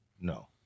no